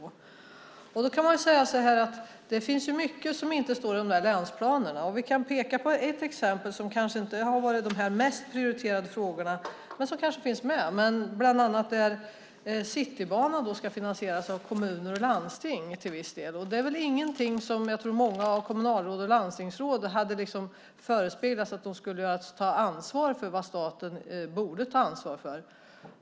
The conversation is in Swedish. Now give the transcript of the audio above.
Det finns mycket som inte står i länsplanerna. Jag kan peka på ett exempel som kanske inte hör till de mest prioriterade frågorna men som kanske finns med, nämligen Citybanan som till viss del ska finansieras av kommuner och landsting. Jag tror inte att det var många kommunal och landstingsråd som hade förespeglats att de skulle ta ansvar för det som staten borde ta ansvar för.